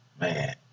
man